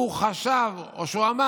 הוא חשב, או שהוא אמר: